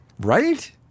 Right